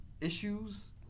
issues